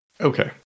Okay